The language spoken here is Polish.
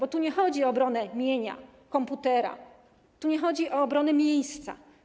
Bo tu nie chodzi o ochronę mienia, komputera, tu nie chodzi o ochronę miejsca.